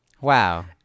Wow